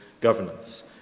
governance